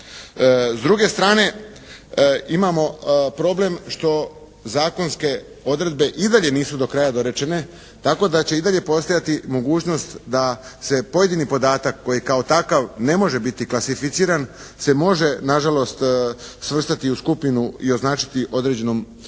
S druge strane imamo problem što zakonske odredbe i dalje nisu do kraja dorečene, tako da će i dalje postojati mogućnost da se pojedini podatak koji kao takav ne može biti klasificiran se može na žalost svrstati u skupinu i označiti određenom vrstom